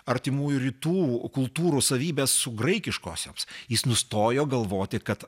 artimųjų rytų kultūrų savybes su graikiškosiomis jis nustojo galvoti kad